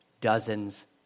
dozens